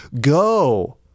go